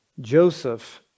Joseph